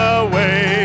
away